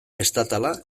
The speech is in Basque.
estatala